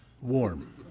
warm